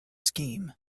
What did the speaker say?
scheme